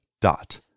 Dot